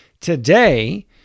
today